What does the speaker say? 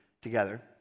together